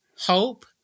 hope